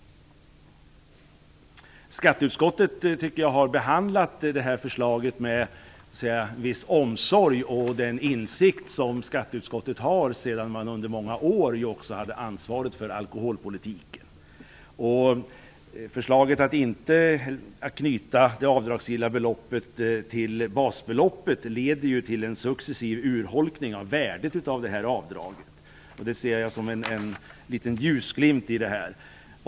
Skatteutskottet har behandlat det här förslaget med viss omsorg och med den insikt som skatteutskottet har då man under många år hade ansvaret för alkoholpolitiken. Förslaget att inte knyta det avdragsgilla beloppet till basbeloppet leder ju till en successiv urholkning av värdet av avdraget. Det ser jag som en liten ljusglimt.